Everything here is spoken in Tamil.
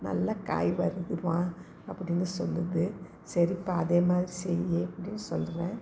நல்ல காய் வருதும்மா அப்படின்னு சொல்லுது சரிப்பா அதே மாதிரி செய் அப்பிடின்னு சொல்கிறேன்